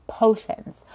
potions